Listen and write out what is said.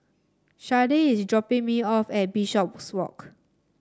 Shardae is dropping me off at Bishopswalk